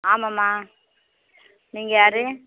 ஆமாம்மா நீங்கள் யார்